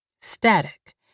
static